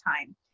time